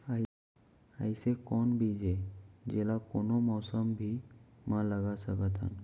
अइसे कौन बीज हे, जेला कोनो मौसम भी मा लगा सकत हन?